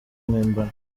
mpimbano